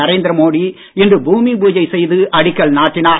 நரேந்திர மோடி இன்று பூமி பூஜை செய்து அடிக்கல் நாட்டினார்